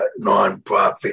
nonprofit